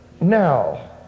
Now